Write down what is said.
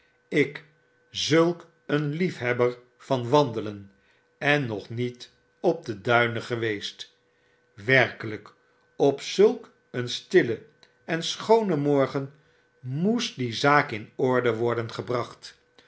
ik zulk een lieihebber van wandelen en nog niet op de duinen geweest werkelgk op zulk een stillen en schoonen morgen mbest die zaak in orde worden gebracht